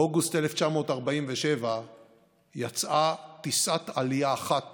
באוגוסט 1947 יצאה טיסת עלייה אחת